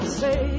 say